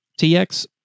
TX